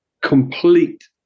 complete